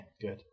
good